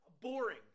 boring